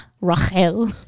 Rachel